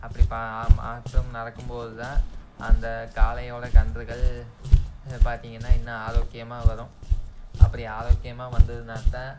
அப்படி பா பாத்தோம் நடக்கும்போது தான் அந்த காளையோடய கன்றுகள் பார்த்தீங்கன்னா இன்னும் ஆரோக்கியமாக வரும் அப்படி ஆரோக்கியமாக வந்ததுன்னா தான்